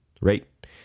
Right